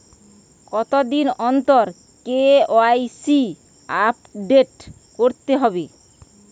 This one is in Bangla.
কতদিন অন্তর কে.ওয়াই.সি আপডেট করতে হবে?